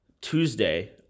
Tuesday